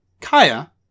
Kaya